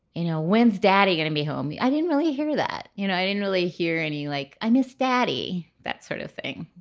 you know when's daddy gonna be home? yeah i didn't really hear that. you know, i didn't really hear and anything like, i miss daddy. that sort of thing.